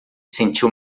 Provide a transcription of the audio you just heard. sentiu